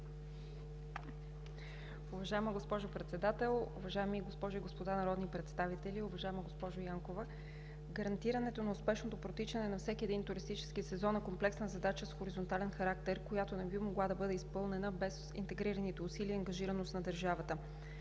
Уважаема госпожо Председател, уважаеми госпожи и господа народни представители, уважаема госпожо Янкова! Гарантирането на успешното протичане на всеки един туристически сезон е комплексна задача с хоризонтален характер, която не би могла да бъде изпълнена без интегрираните усилия и ангажираност на държавата.